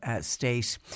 State